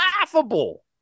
laughable